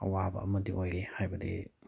ꯑꯋꯥꯕ ꯑꯃꯗꯤ ꯑꯣꯏꯔꯦ ꯍꯥꯏꯕꯗꯤ